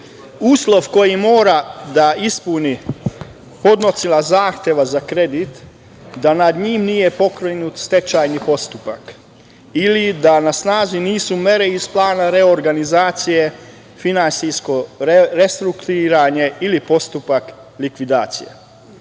koji mora da ispuni podnosilac zahteva za kredit, da nad njim nije pokrenut stečajni postupak ili da na snazi nisu mere iz plana reorganizacije, finansijsko restrukturiranje ili postupak likvidacije. Po